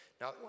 Now